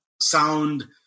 sound